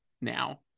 Now